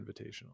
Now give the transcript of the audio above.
invitational